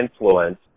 influence